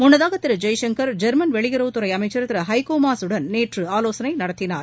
முன்னதாக திரு ஜெய்சங்கர் ஜெர்மன் வெளியுறவுத்துறை அமைச்சர் திரு ஹைகோ மாஸ் உடன் நேற்று ஆலோசனை நடத்தினார்